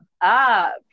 up